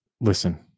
Listen